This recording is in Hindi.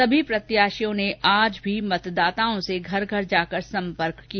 सभी प्रत्याशियों ने आज भी मतदाताओं से घर घर जाकर संपर्क किया